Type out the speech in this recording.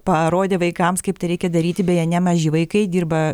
parodė vaikams kaip tai reikia daryti beje nemaži vaikai dirba